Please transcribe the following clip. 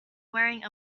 wearing